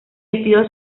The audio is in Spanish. estilo